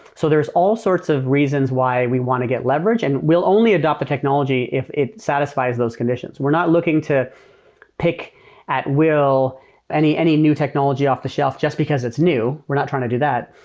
so there're all sorts of reasons why we want to get leverage, and we'll only adapt the technology if it satisfies those conditions. we're not looking to pick at will any any new technology off-the-shelf just because it's new. we're not trying to do that,